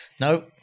No